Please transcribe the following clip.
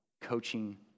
coaching